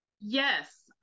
Yes